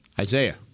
Isaiah